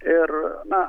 ir na